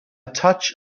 touch